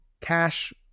cash